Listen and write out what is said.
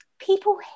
people